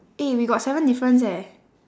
eh we got seven difference eh